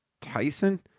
Tyson